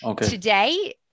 today